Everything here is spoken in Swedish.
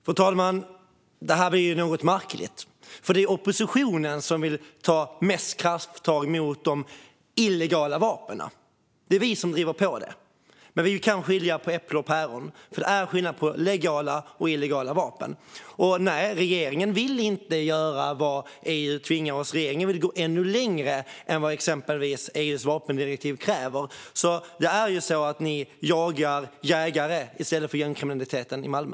Fru talman! Detta är något märkligt. Det är oppositionen som vill ta mest krafttag mot de illegala vapnen. Det är vi som driver på det. Men vi kan skilja på äpplen och päron. Det är skillnad på legala och illegala vapen. Nej, regeringen vill inte göra vad EU tvingar oss till. Regeringen vill gå ännu längre än vad exempelvis EU:s vapendirektiv kräver. Ni jagar jägare i stället för gängkriminaliteten i Malmö.